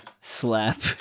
slap